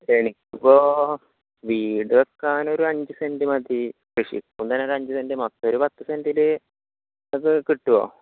എനിക്കിപ്പോൾ വീട് വയ്ക്കാനൊരു അഞ്ച് സെൻറ് മതി കൃഷിക്ക് തന്നെ ഒരു അഞ്ച് സെൻറ് മൊത്തം ഒരു പത്ത് സെൻറ്റിൽ അത് കിട്ടുമോ